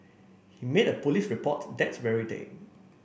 he made a police report that very day